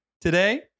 today